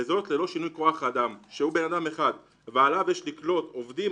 וזאת ללא שינויי כוח אדם שהוא בן אדם אחד ועליו יש לקלוט עובדים,